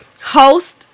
host